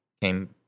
came